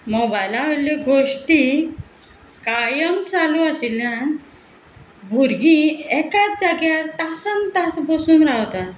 मोबायला वयल्यो गोश्टी कायम चालू आशिल्ल्यान भुरगीं एकाच जाग्यार तासान तास बसून रावतात